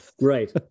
Right